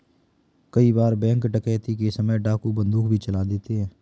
कई बार बैंक डकैती के समय डाकू बंदूक भी चला देते हैं